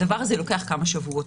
הדבר הזה לוקח כמה שבועות.